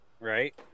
Right